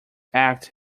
act